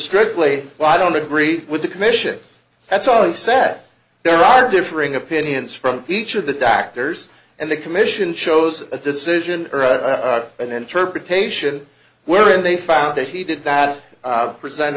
strictly why i don't agree with the commission that's all it sat there are differing opinions from each of the doctors and the commission chose a decision or an interpretation wherein they found that he did that present